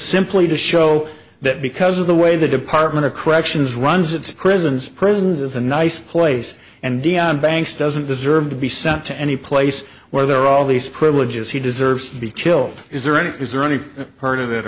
simply to show that because of the way the department of corrections runs its prisons prisons is a nice place and deon banks doesn't deserve to be sent to any place where there are all these privileges he deserves to be killed is there any is there any part of